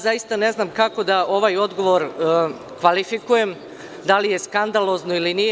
Zaista ne znam kako da ovaj odgovor kvalifikujem, da li je skandalozno ili nije.